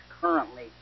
currently